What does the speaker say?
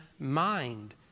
Mind